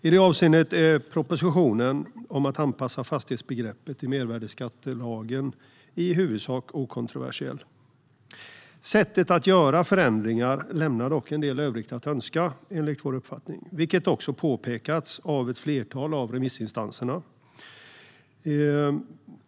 I detta avseende är propositionen om att anpassa fastighetsbegreppet i mervärdesskattelagen i huvudsak okontroversiell. Sättet att göra förändringar lämnar dock en del i övrigt att önska enligt vår uppfattning, vilket också har påpekats av ett flertal av remissinstanserna.